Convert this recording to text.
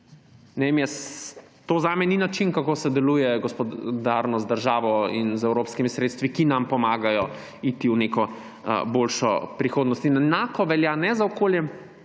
To zame ni način, kako se deluje gospodarno z državo in evropskimi sredstvi, ki nam pomagajo iti v neko boljšo prihodnost. In ne le za okolje,